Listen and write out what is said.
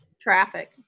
traffic